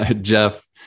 jeff